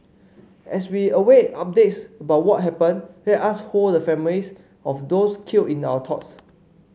as we await updates about what happened let us hold the families of those killed in our thoughts